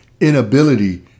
inability